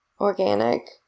organic